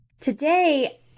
Today